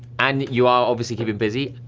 and you are obviously keeping busy,